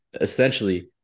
Essentially